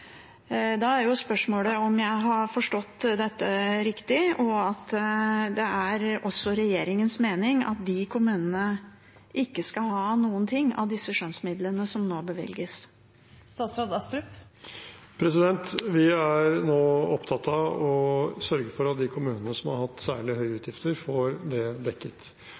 Da er spørsmålet, om jeg har forstått dette riktig: Er det også regjeringens mening at de andre kommunene ikke skal ha noen ting av disse skjønnsmidlene som nå bevilges? Vi er nå opptatt av å sørge for at de kommunene som har hatt særlig høye utgifter, får det dekket.